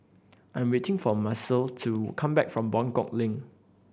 I am waiting for Macel to come back from Buangkok Link